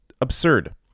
absurd